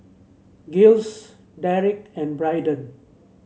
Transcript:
Giles Derek and Braiden